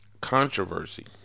controversy